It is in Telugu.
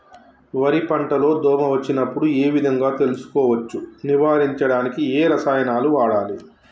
వరి పంట లో దోమ వచ్చినప్పుడు ఏ విధంగా తెలుసుకోవచ్చు? నివారించడానికి ఏ రసాయనాలు వాడాలి?